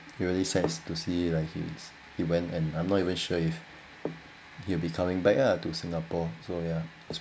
it's really sad to see like his he went and I'm not even sure if he'll be coming back ah to singapore so ya